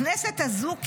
הכנסת הזו,